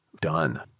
Done